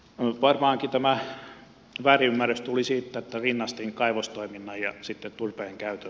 varmaankin tämä väärinymmärrys tuli siitä että rinnastin kaivostoiminnan ja turpeen käytön